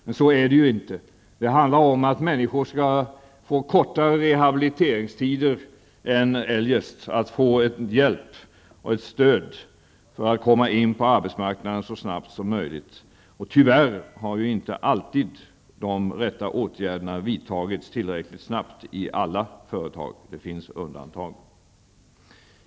Men så är det inte. Det handlar om att människor skall få kortare rehabiliteringstider än eljest och att få hjälp och stöd för att komma in på arbetsmarknaden så snabbt som möjligt. Tyvärr har inte alltid de rätta åtgärderna vidtagits tillräckligt snabbt i alla företag. Det finns dock undantag.